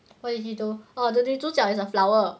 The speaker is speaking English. what did he do oh the 女主角 is a flower